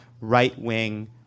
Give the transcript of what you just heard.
right-wing